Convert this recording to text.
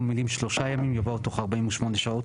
במקום המילים 'שלושה ימים' יבוא 'תוך 48 שעות'.